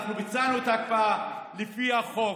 אנחנו ביצענו את ההקפאה לפי החוק,